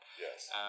Yes